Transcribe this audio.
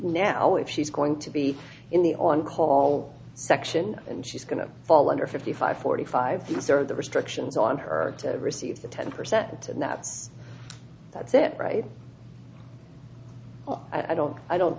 now if she's going to be in the on call section and she's going to fall under fifty five forty five these are the restrictions on her to receive the ten percent and that's that's it right well i don't i don't